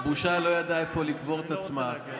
לא בסדר.